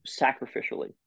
sacrificially